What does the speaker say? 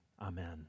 Amen